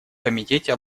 комитете